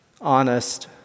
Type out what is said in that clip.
honest